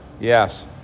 Yes